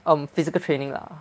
um physical training lah